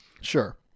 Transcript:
Sure